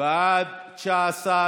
להעביר לוועדה את הצעת חוק-יסוד: ישראל,